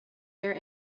here